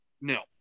No